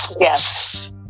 yes